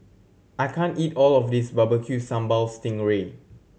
I can't eat all of this Barbecue Sambal sting ray